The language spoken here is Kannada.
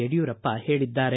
ಯಡಿಯೂರಪ್ಪ ಹೇಳದ್ದಾರೆ